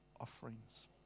offerings